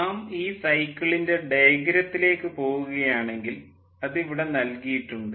നാം ഈ സെക്കിളിൻ്റെ ഡയഗ്രത്തിലേക്ക് പോകുകയാണെങ്കിൽ അത് ഇവിടെ നൽകിയിട്ടുണ്ട്